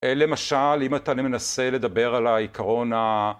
למשל, אם אתה, אני מנסה לדבר על העיקרון ה...